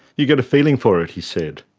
you get a feeling for it, he said.